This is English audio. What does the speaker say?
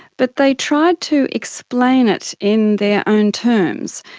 but they tried to explain it in their own terms.